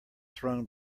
thrown